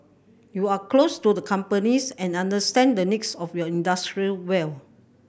you are close to the companies and understand the needs of your industry well